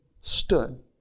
stood